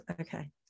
okay